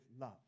love